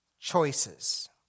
choices